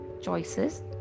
Choices